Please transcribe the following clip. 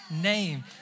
name